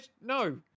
no